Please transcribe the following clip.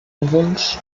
núvols